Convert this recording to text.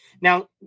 Now